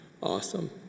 Awesome